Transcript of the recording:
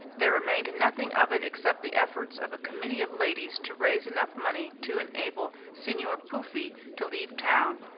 there remained nothing of it except the efforts of a committee of ladies to raise enough money to enable signor puffi to leave town,